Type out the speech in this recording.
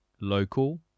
local